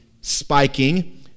spiking